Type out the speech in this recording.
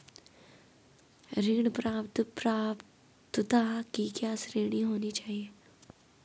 ऋण प्राप्त पात्रता की क्या श्रेणी होनी चाहिए?